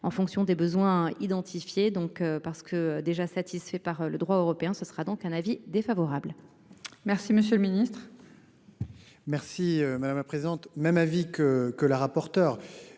en fonction des besoins identifiés donc parce que déjà satisfait par le droit européen, ce sera donc un avis défavorable. Merci, monsieur le Ministre. Merci madame présente même avis que que la rapporteure.